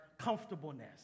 comfortableness